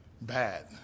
bad